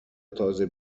تازه